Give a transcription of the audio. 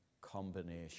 combination